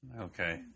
Okay